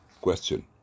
Question